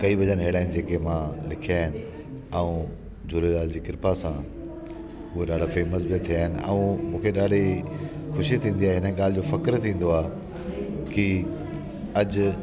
कई भॼन अहिड़ा आहिनि जेके मां लिखिया आहिनि ऐं झूलेलाल जी किरपा सां उहे ॾाढा फेमस बि थिया आहिनि ऐं मूंखे ॾाढी खुशी थींदी आहे इन ॻाल्हि जो फक्र थींदो आहे की अॼु